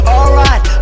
Alright